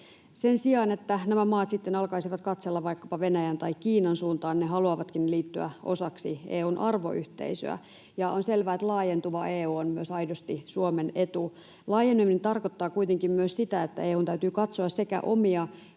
Sen sijaan, että nämä maat sitten alkaisivat katsella vaikkapa Venäjän tai Kiinan suuntaan, ne haluavatkin liittyä osaksi EU:n arvoyhteisöä, ja on selvää, että laajentuva EU on myös aidosti Suomen etu. Laajeneminen tarkoittaa kuitenkin myös sitä, että EU:n täytyy katsoa sekä omia